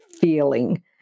feeling